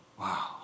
Wow